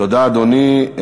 תודה, אדוני.